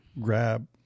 grab